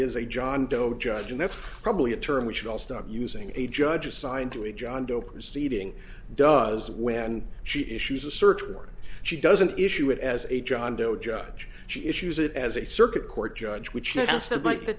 is a john doe judge and that's probably a term which will stop using a judge assigned to a john doe proceeding does when she issues a search warrant she doesn't issue it as a john doe judge she issues it as a circuit court judge which